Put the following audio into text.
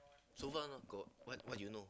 silver not gold what you know